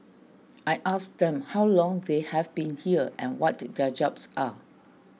I asked them how long they have been here and what their jobs are